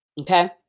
Okay